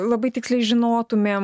labai tiksliai žinotumėm